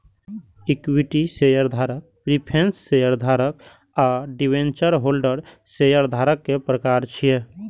equity शेयरधारक, preference शेयरधारक आ डिवेंचर होल्डर शेयरधारक के प्रकार छियै